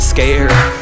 Scared